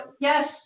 yes